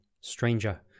Stranger